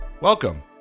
welcome